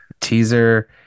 Teaser